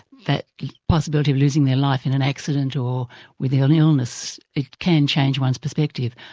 that possibility of losing their life in an accident or with an illness, it can change one's perspective.